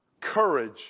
courage